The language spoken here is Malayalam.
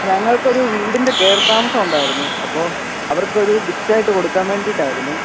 ഞങ്ങൾക്കൊരു വീടിൻ്റെ കേറിത്താമസം ഉണ്ടായിരുന്നു അപ്പോൾ അവർക്കൊരു ഗിഫ്റ്റായിട്ട് കൊടുക്കാൻ വേണ്ടീട്ടായിരുന്നു